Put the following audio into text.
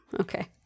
Okay